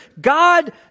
God